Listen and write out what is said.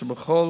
שבכל